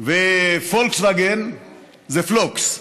פולקסוואגן זה פלוקס.